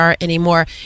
anymore